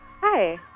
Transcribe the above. Hi